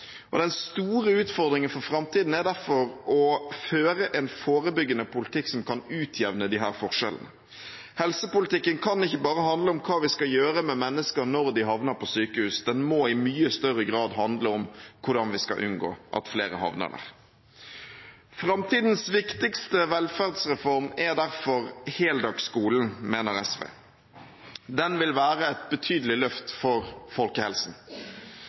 vaner. Den store utfordringen for framtiden er derfor å føre en forebyggende politikk som kan utjevne disse forskjellene. Helsepolitikken kan ikke bare handle om hva vi skal gjøre med mennesker når de havner på sykehus, den må i mye større grad handle om hvordan vi skal unngå at flere havner der. Framtidens viktigste velferdsreform er derfor heldagsskolen, mener SV. Den vil være et betydelig løft for folkehelsen.